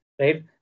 right